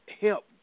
help